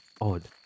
odd